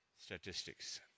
statistics